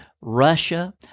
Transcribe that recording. Russia